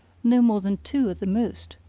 no more than two at the most.